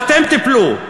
ואתם תיפלו,